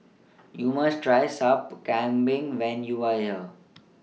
YOU must Try Sup Kambing when YOU Are here